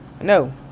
No